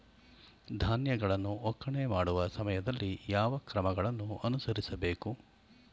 ಧಾನ್ಯಗಳನ್ನು ಒಕ್ಕಣೆ ಮಾಡುವ ಸಮಯದಲ್ಲಿ ಯಾವ ಕ್ರಮಗಳನ್ನು ಅನುಸರಿಸಬೇಕು?